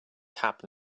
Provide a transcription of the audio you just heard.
tab